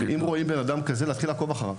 אם רואים בן אדם כזה, צריך להתחיל לעקוב אחריו.